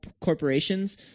corporations